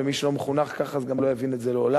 ומי שלא מחונך ככה אז גם לא יבין את זה לעולם.